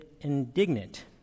indignant